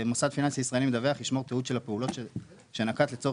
מוסד פיננסי ישראלי מדווח ישמור תיעוד של הפעולות שנקט לצורך